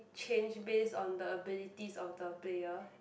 change based on the abilities of the player